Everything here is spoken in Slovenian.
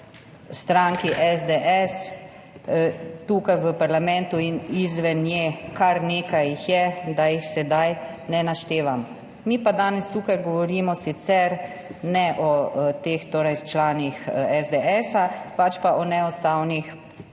stranki SDS, tukaj v parlamentu in izven nje. Kar nekaj jih je, da jih sedaj ne naštevam. Mi pa danes tukaj sicer ne govorimo o teh, torej članih SDS, pač pa o neustavnih